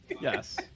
Yes